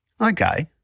okay